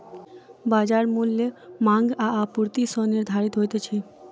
बजार मूल्य मांग आ आपूर्ति सॅ निर्धारित होइत अछि